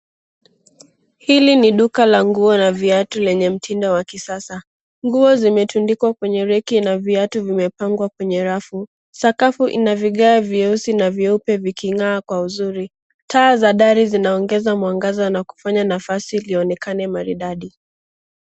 Hili ni duka la nguo na viatu lenye mtindo wa kisasa. Nguo zimetundikwa kwenye reki na viatu vimepangwa kwenye rafu. Sakafu inavigaa vyeusi na vyeupe viking'aa kwa uzuri. Taa za dari zinaongeza mwangaza na kufanya nafasi ionekane maridadi.